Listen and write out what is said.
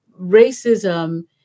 racism